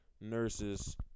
Nurses